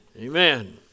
Amen